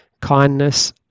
kindness